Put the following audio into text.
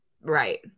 right